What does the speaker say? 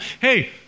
hey